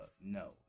No